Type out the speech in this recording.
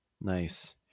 nice